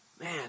man